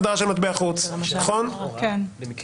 יש הגדרה של מטבע חוץ בחוק בנק ישראל.